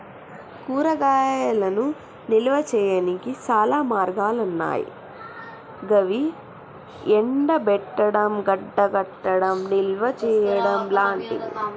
కూరగాయలను నిల్వ చేయనీకి చాలా మార్గాలన్నాయి గవి ఎండబెట్టడం, గడ్డకట్టడం, నిల్వచేయడం లాంటియి